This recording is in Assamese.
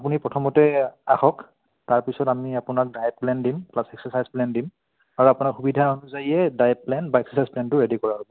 আপুনি প্ৰথমতে আহক তাৰপিছত আমি আপোনাক ডাইেট প্লেন দিম প্লাচ এক্সাৰচাইজ প্লেন দিম আৰু আপোনাক সুবিধা অনুযায়ীয়ে ডায়েট প্লেন বা এক্সাৰছাইজ প্লেনটো ৰেডি কৰা হ'ব